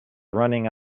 running